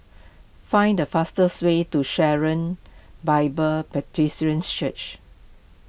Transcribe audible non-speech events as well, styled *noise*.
find the fastest way to Sharon Bible *unintelligible* Church